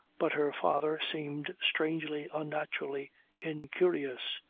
but her father seemed strangely, unnaturally incurious.